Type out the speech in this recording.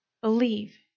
believe